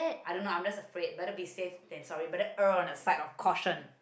I don't know I'm just afraid better be safe than sorry better err on the side of caution